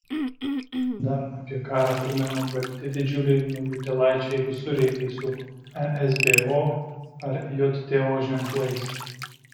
dar apie karą primena balti didžiuliai naujutėlaičiai visureigiai su esbo ar jto ženklais